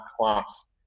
class